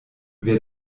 wer